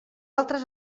altres